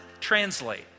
translate